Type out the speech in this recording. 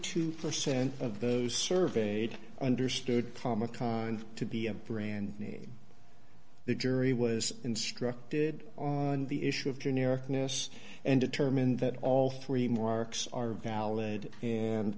two percent of those surveyed understood to be a brand name the jury was instructed on the issue of generic ness and determined that all three more are valid and